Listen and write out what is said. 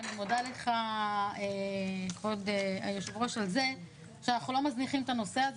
ואני מודה לך כבוד היו"ר על זה שאנחנו לא מזניחים את הנושא הזה